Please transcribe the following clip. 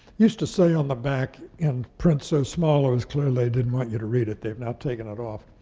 used to say on the back, in print so small, it was clear they didn't want you to read it, they've now taken it off,